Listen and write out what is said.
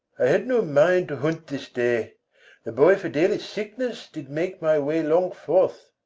i had no mind to hunt this day the boy fidele's sickness did make my way long forth.